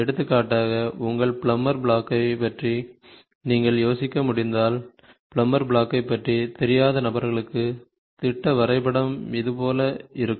எடுத்துக்காட்டாக உங்கள் பிளம்மர் பிளாக்கை பற்றி நீங்கள் யோசிக்க முடிந்தால் பிளம்மர் பிளாக்கை பற்றி தெரியாத நபர்களுக்கு திட்ட வரைபடம் இதுபோல இருக்கும்